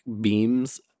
beams